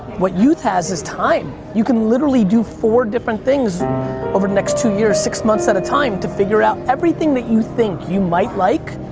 what youth has is time, you can literally do four different things over the next two years, six months at a time to figure out, everything that you think you might like,